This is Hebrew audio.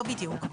לא בדיוק.